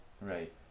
Right